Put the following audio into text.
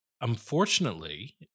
unfortunately